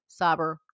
cyber